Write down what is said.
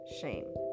shame